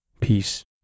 peace